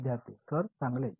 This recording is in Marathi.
विद्यार्थी सर चांगले